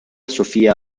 sophia